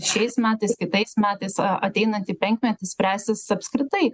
šiais metais kitais metais ateinantį penkmetį spręsis apskritai